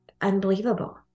unbelievable